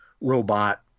robot